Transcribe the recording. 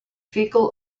fecal